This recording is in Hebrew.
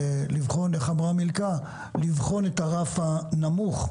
לבחון את הרף הנמוך,